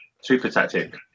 super-tactic